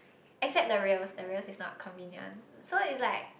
except the rails the rails is not convenient so is like